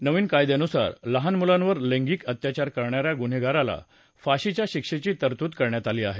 नवीन कायद्यानुसार लहान मुलांवर लैंगिक अत्याचार करणाऱ्या गुन्हेगाराला फाशीच्या शिक्षेची तरतूद करण्यात आली आहे